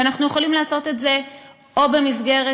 ואנחנו יכולים לעשות את זה או במסגרת